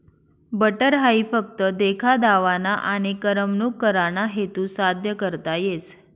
butter हाई फक्त देखा दावाना आनी करमणूक कराना हेतू साद्य करता येस